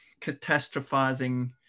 catastrophizing